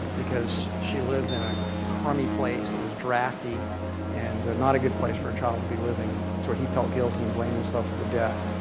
because she lived in a crummy place. it was drafty and not a good place for a child to be living. so he felt guilty and blamed himself for the death.